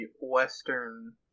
western